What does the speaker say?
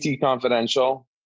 Confidential